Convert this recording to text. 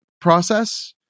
process